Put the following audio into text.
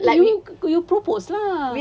I mean you propose lah